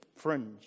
Fringe